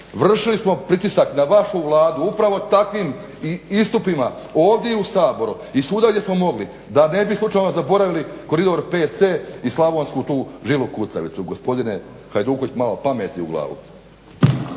vršili smo pritisak na vašu Vladu upravo takvim istupima ovdje u Saboru i svuda gdje smo mogli da ne bi slučajno zaboravili koridor 5C i slavonsku tu žilu kucavicu. Gospodine Hajduković, malo pameti u glavu.